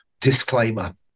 disclaimer